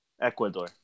Ecuador